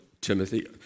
Timothy